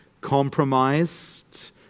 compromised